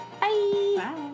Bye